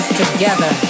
together